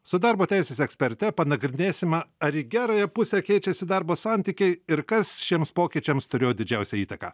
su darbo teisės eksperte panagrinėsime ar į gerąją pusę keičiasi darbo santykiai ir kas šiems pokyčiams turėjo didžiausią įtaką